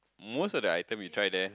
most of the item you try there